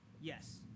yes